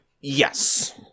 Yes